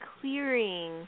clearing